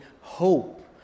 hope